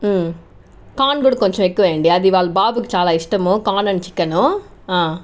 corn కూడా కొంచెం ఎక్కువ వెయ్యండి అది వాళ బాబుకి చాలా ఇష్టము కార్న్ అండ్ చికెను